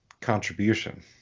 contribution